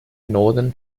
northern